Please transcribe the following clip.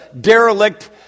derelict